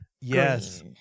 Yes